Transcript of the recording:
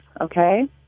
okay